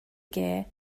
gear